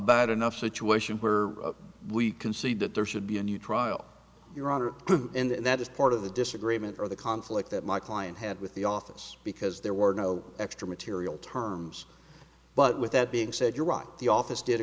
bad enough situation where we can see that there should be a new trial your honor and that is part of the disagreement or the conflict that my client had with the office because there were no extra material terms but with that being said you're right the office did